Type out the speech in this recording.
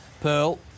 Pearl